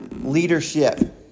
leadership